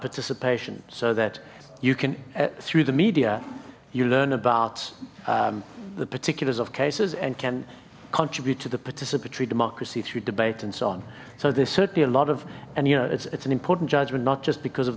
participation so that you can through the media you learn about the particulars of cases and can contribute to the participatory democracy through debate and so on so there's certainly a lot of and you know it's an important judgment not just because of